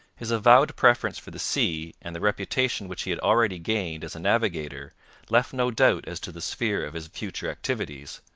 his avowed preference for the sea and the reputation which he had already gained as a navigator left no doubt as to the sphere of his future activities,